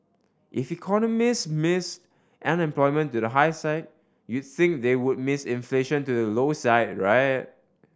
if economist missed unemployment to the high side you'd think they would miss inflation to the low side right